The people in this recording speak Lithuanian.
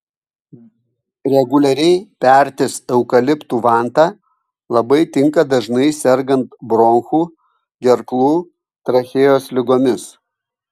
reguliariai pertis eukaliptų vanta labai tinka dažnai sergant bronchų gerklų trachėjos ligomis